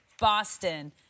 Boston